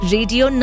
Radio